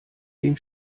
den